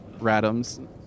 Radams